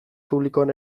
publikoan